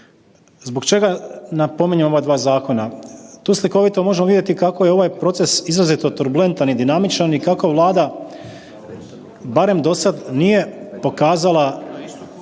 Zbog čega napominjem ova dva zakona? Tu slikovito možemo vidjeti kako je ovaj proces izrazito turbulentan i dinamičan i kako Vlada, barem dosad, nije pokazala